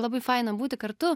labai faina būti kartu